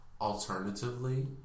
Alternatively